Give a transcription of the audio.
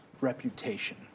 reputation